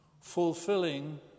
fulfilling